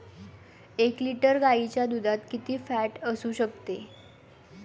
एक लिटर गाईच्या दुधात किती फॅट असू शकते?